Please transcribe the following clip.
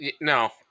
no